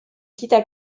quitta